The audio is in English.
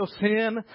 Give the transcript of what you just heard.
sin